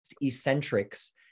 eccentrics